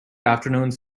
afternoons